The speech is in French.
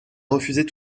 refuser